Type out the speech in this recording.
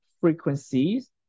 frequencies